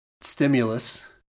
stimulus